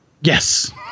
Yes